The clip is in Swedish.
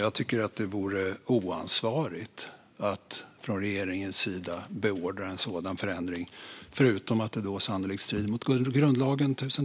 Jag tycker att det vore oansvarigt att från regeringens sida beordra en sådan förändring, utöver att det sannolikt skulle strida mot grundlagen.